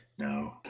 No